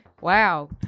wow